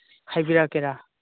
ꯍꯥꯏꯕꯤꯔꯀꯀꯦꯔꯥ